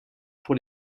pour